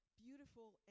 Beautiful